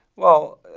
well,